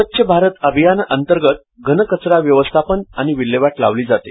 स्वच्छ भारत अभियान अंतर्गत घनकचरा व्यवस्थापन आणि विल्हवाट लावली जाते